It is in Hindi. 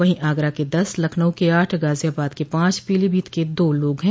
वहीं आगरा के दस लखनऊ के आठ गाजियाबाद के पांच पीलीभीत के दो लोग है